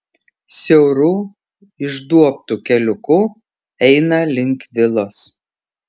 siauru išduobtu keliuku eina link vilos